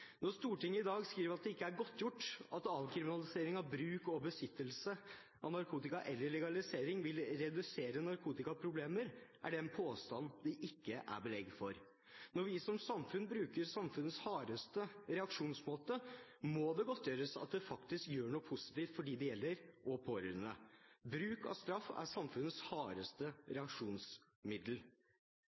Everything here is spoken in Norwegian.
Når Stortinget i dag skriver at det ikke er godtgjort at avkriminalisering av bruk og besittelse eller legalisering av narkotika vil redusere narkotikaproblemer, er det en påstand det ikke er belegg for. Når vi som samfunn bruker samfunnets hardeste reaksjonsmåte, må det godtgjøres at det faktisk gjør noe positivt for dem det gjelder og for pårørende. Bruk av straff er samfunnets hardeste reaksjonsmiddel.